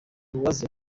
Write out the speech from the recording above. loise